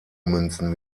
münzen